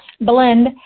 Blend